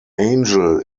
angel